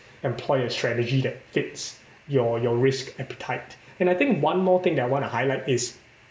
employ a strategy that fits your your risk appetite and I think one more thing that I want to highlight is